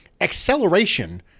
acceleration